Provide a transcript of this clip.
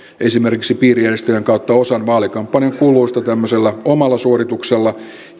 esimerkiksi piirijärjestöjen kautta osan vaalikampanjan kuluista tämmöisellä omalla suorituksellaan